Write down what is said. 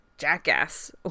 jackass